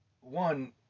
One